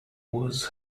was